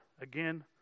again